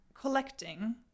collecting